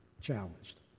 Challenged